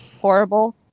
horrible